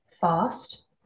fast